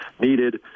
needed